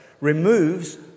removes